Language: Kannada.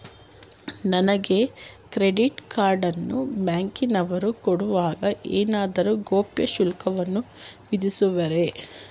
ನನಗೆ ಕ್ರೆಡಿಟ್ ಕಾರ್ಡ್ ಅನ್ನು ಬ್ಯಾಂಕಿನವರು ಕೊಡುವಾಗ ಏನಾದರೂ ಗೌಪ್ಯ ಶುಲ್ಕವನ್ನು ವಿಧಿಸುವರೇ?